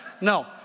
No